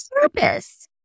Purpose